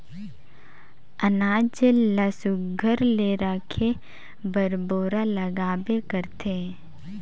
अनाज ल सुग्घर ले राखे बर बोरा लागबे करथे